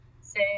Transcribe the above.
say